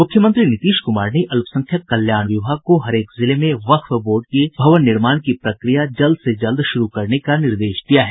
मुख्यमंत्री नीतीश कुमार ने अल्पसंख्यक कल्याण विभाग को हरेक जिले में वक्फ बोर्ड के भवन निर्माण की प्रक्रिया जल्द से जल्द शुरू करने का निर्देश दिया है